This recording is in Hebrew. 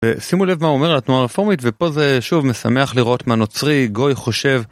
ו-שימו לב מה הוא אומר, על התנועה הרפורמית, ופה זה, שוב, משמח לראות מה נוצרי, גוי חושב.